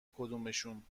کدومشون